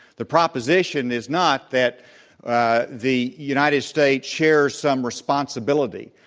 the proposition is not that ah the united states shares some responsibility.